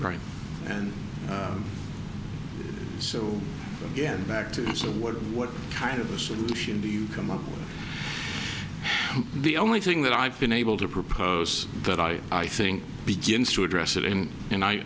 right and so again back to so what what kind of a solution do you come up with the only thing that i've been able to propose that i i think begins to address it in and i